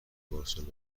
بارسلونا